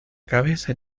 cabeza